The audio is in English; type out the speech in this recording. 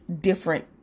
different